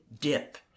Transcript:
dip